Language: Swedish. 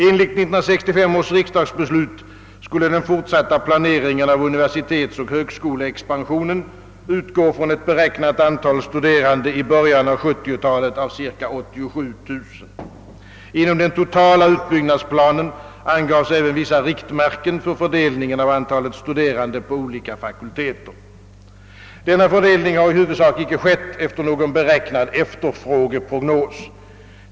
Enligt 1965 års riksdagsbeslut skulle den fortsatta planeringen av universitetsoch högskoleexpansionen utgå från ett beräknat antal studerande i början av 1970-talet av cirka 87 000. Inom den totala utbyggnadsplanen angavs även vissa riktmärken för fördelningen av antalet studerande på olika fakulteter. Denna fördelning har i huvudsak icke skett efter någon beräknad efterfrågeprognos.